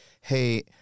Hey